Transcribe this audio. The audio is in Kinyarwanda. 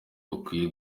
bakwiye